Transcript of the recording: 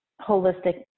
holistic